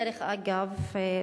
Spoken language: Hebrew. דרך אגב,